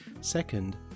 Second